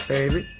Baby